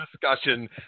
discussion